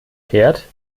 fährt